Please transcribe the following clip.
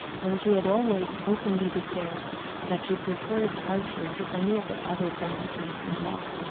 and she had always openly declared that she preferred archer to any of her other grandsons-in-law.